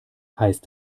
heißt